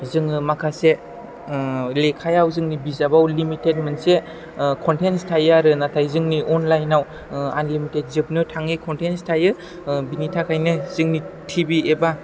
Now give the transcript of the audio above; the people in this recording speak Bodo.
जोङो माखासे ओह लेखायाव जोंनि बिजाबाव लिमिथेद मोनसे ओह खनथेन्स थायो आरो नाथाय जोंनि आनलाइनाव ओह आनलिमिथेद जोबनो थाङि खनथेनथस थायो ओह बिनि थाखायनो जोंनि टिभि एबा